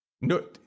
No